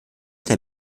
der